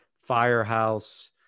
Firehouse